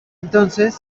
entonces